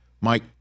Mike